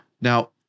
Now